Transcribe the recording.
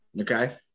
Okay